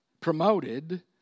promoted